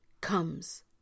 comes